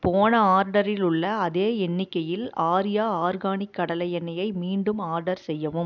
போன ஆர்டரில் உள்ள அதே எண்ணிக்கையில் ஆர்யா ஆர்கானிக் கடலை எண்ணெய்யை மீண்டும் ஆர்டர் செய்யவும்